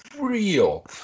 Real